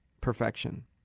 perfection